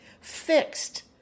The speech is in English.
fixed